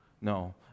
No